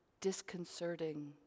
disconcerting